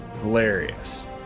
Hilarious